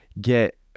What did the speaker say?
get